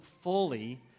fully